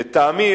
לטעמי,